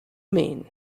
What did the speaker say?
mean